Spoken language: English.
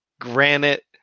granite